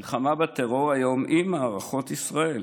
מלחמה בטרור היום היא מערכות ישראל.